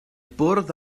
bwrdd